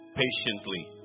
patiently